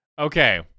okay